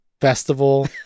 festival